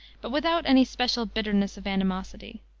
but without any special bitterness of animosity.